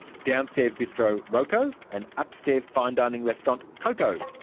downstairs bistro roco, and upstairs fine dining restaurant coco.